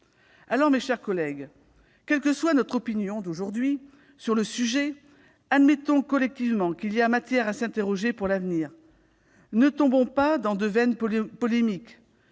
Alors, mes chers collègues, quelle que soit, aujourd'hui, notre opinion sur le sujet, admettons collectivement qu'il y a matière à s'interroger pour l'avenir. Ne tombons pas dans de vaines polémiques